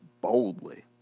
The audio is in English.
boldly